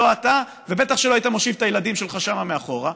לא אתה ובטח שלא היית מושיב את הילדים שלך שם מאחורה,